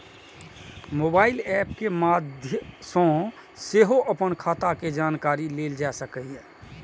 mobile app के माध्य सं सेहो अपन खाता के जानकारी लेल जा सकैए